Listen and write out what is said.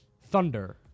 Thunder